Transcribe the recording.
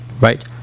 right